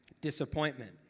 disappointment